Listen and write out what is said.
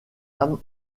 âme